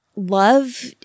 love